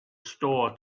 store